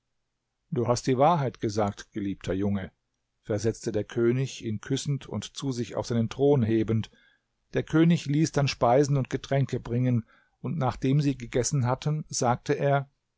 du hast die wahrheit gesagt geliebter junge versetzte der könig ihn küssend und zu sich auf seinen thron hebend der könig ließ dann speisen und getränke bringen und nachdem sie gegessen hatten sagte er